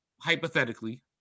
hypothetically